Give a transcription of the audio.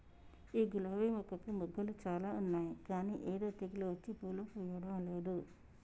ఈ గులాబీ మొక్కకు మొగ్గలు చాల ఉన్నాయి కానీ ఏదో తెగులు వచ్చి పూలు పూయడంలేదు